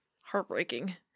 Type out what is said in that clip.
heartbreaking